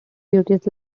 beauties